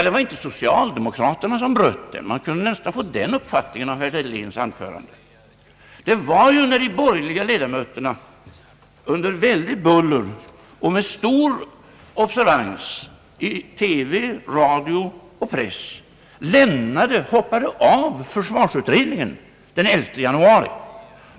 Det var inte socialdemokraterna som bröt den — vi kunde nästan få den uppfattningen av herr Dahléns anförande. Detta skedde ju när de borgerliga ledamöterna under stort buller och med observans i TV, radio och press hoppade av försvarsutredningen den 11 januari.